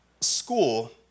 school